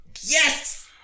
Yes